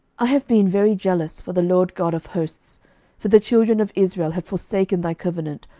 i have been very jealous for the lord god of hosts for the children of israel have forsaken thy covenant,